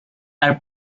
are